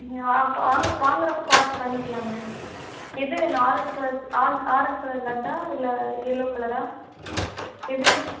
நீங்கள் அப்போ வாங்க வாங்குறப்போ பார்த்து பண்ணிக்கலாங்க எது வேணும் ஆரஞ்ச் கலர்ஸ் ஆரஞ்ச் கலர் லட்டா இல்லை எல்லோ கலரா எது